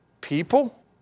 people